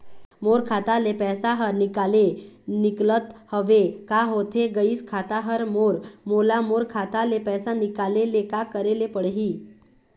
मोर खाता ले पैसा हर निकाले निकलत हवे, का होथे गइस खाता हर मोर, मोला मोर खाता ले पैसा निकाले ले का करे ले पड़ही?